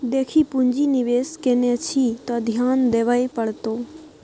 देखी पुंजी निवेश केने छी त ध्यान देबेय पड़तौ